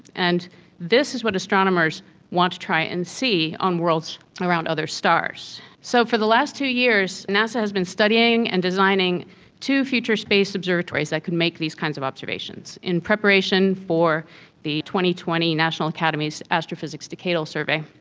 and this is what astronomers want to try and see on worlds around other stars. so for the last two years nasa has been studying and designing two future space observatories that can make these kinds of observations in preparation for the two twenty national academies astrophysics decadal survey.